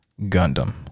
gundam